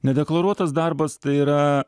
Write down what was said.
nedeklaruotas darbas tai yra